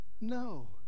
No